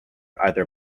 either